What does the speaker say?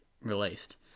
released